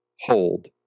hold